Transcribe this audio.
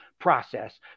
process